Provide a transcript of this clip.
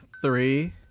Three